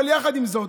אבל יחד עם זאת,